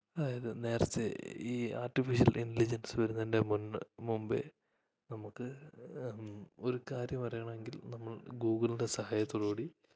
അതായത് നേരത്തെ ഈ ആർട്ടിഫിഷ്യൽ ഇൻറ്റലിജെൻസ്സ് വരുന്നതിന്റെ മുന്ന് മുമ്പേ നമുക്ക് ഒരു കാര്യം അറിയണം എങ്കിൽ നമ്മൾ ഗൂഗിളിൻറ്റെ സഹായത്തോട് കൂടി